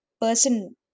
person